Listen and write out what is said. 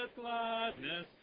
gladness